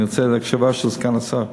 אני רוצה הקשבה של סגן השר.